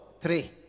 three